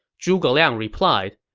zhuge liang replied,